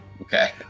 okay